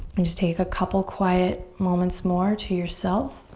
and just take a couple quiet moments more to yourself.